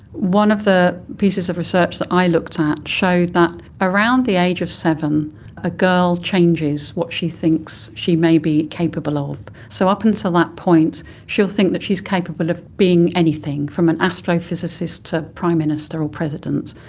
one of the pieces of research that i looked at showed that around the age of seven a girl changes what she thinks she may be capable of. so up until that point she will think that she is capable of being anything, from an astrophysicist to the prime minister or president.